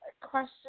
question